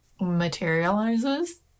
materializes